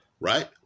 right